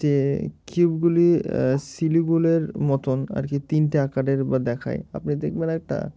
যে কিউবগুলি মতন আর কি তিনটে আকারের বা দেখায় আপনি দেখবেন একটা